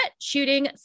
shooting